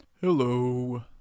Hello